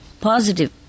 positive